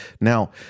Now